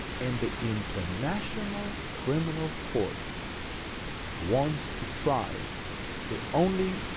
and the international criminal court wants to try the only